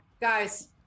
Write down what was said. guys